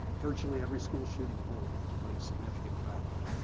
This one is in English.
virtually every school shooting bullying has played a significant factor,